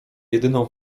jedyną